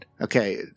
okay